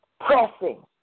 pressing